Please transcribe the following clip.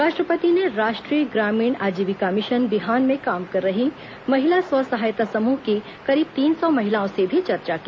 राष्ट्रपति ने राष्ट्रीय ग्रामीण आजीविका मिशन बिहान में काम कर रही महिला स्व सहायता समूह की करीब तीन सौ महिलाओं से भी चर्चा की